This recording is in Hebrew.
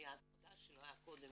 זה יעד חדש שלא היה קודם,